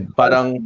parang